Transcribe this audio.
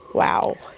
wow!